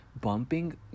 bumping